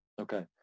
Okay